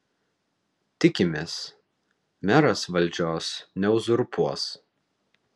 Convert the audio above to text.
tikimės meras valdžios neuzurpuos